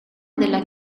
della